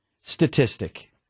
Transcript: statistic